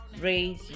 raise